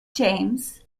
james